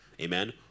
Amen